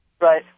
Right